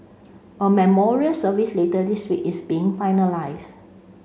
a memorial service later this week is being finalised